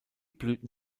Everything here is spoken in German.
blüten